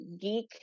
geek